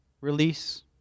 release